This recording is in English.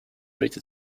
rated